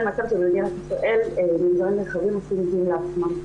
מצב שבמדינת ישראל מגזרים נרחבים עושים דין לעצמם.